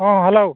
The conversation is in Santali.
ᱦᱮᱸ ᱦᱮᱞᱳ